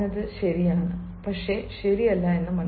അവർ പറഞ്ഞത് ശരിയാണ് പക്ഷേ ശരിയല്ല